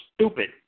stupid